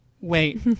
wait